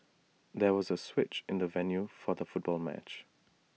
there was A switch in the venue for the football match